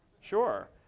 Sure